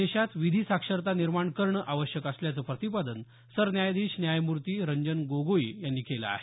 देशात विधी साक्षरता निर्माण करणं आवश्यक असल्याचं प्रतिपादन सरन्यायाधीश न्यायमूर्ती रंजन गोगोई यांनी केलं आहे